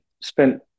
spent